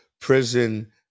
prison